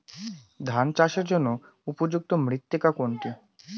ধান চাষের জন্য উপযুক্ত মৃত্তিকা কোনটি?